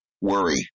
worry